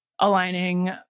aligning